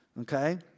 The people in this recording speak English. okay